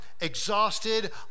exhausted